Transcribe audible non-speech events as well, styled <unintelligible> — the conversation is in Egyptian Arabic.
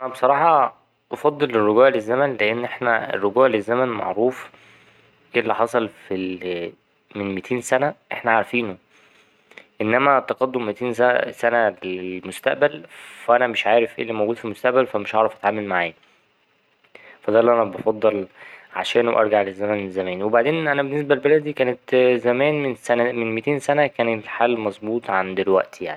أنا بصراحة أفضل الرجوع للزمن، لأن احنا الرجوع للزمن معروف ايه اللي حصل في ال ـ من متين سنة أحنا عارفينه انما التقدم متين سنة للمستقبل فا انا مش عارف ايه اللي موجود في المستقبل فا مش هعرف اتعامل معاه فا ده اللي انا بفضل عشانه ارجع للزمن زمان وبعدين أنا بالنسبة لبلدي كانت زمان <unintelligible> من متين سنة كان الحال مظبوط عن دلوقتي يعني.